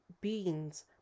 beans